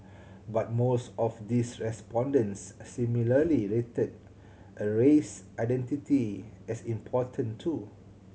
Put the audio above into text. but most of these respondents similarly rated a race identity as important too